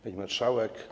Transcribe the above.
Pani Marszałek!